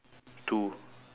two